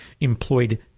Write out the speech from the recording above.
employed